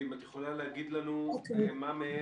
ואם את יכולה להגיד לנו מה מהן,